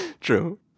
True